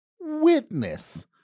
Witness